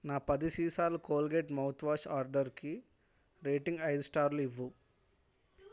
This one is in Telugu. నా పది సీసాలు కోల్గేట్ మౌత్వాష్ ఆర్డర్కి రేటింగ్ ఐదు స్టార్లు ఇవ్వుము